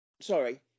Sorry